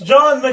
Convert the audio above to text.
John